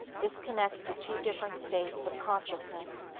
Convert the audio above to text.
this connects the two different states of consciousness.